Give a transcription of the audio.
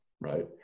right